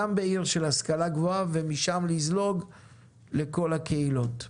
גם בעיר של השכלה גבוהה ומשם לזלוג לכל הקהילות.